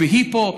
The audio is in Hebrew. הוא בהיפו,